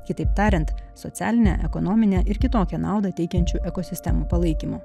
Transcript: kitaip tariant socialinę ekonominę ir kitokią naudą teikiančių ekosistemų palaikymui